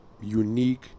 unique